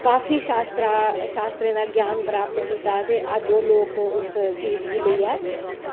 काफी शास्त्रें दा ग्यान प्राप्त कीता ते अज्ज ओह् लोग उस चीज़ गी लेईयै